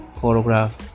photograph